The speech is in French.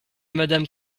madame